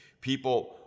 People